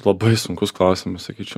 labai sunkus klausimas sakyčiau